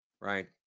right